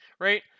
right